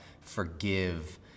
forgive